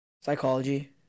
Psychology